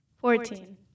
fourteen